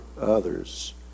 others